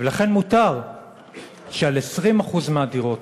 ולכן מותר שעל 20% מהדירות